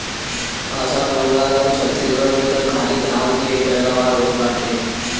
आसाम, बंगाल आउर छतीसगढ़ में त खाली धान के ही पैदावार होत बाटे